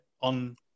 on